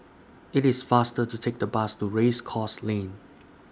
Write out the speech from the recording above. IT IS faster to Take The Bus to Race Course Lane